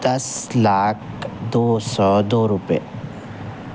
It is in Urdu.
دس لاکھ دو سو دو روپیے